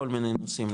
לכל מיני נושאים,